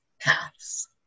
paths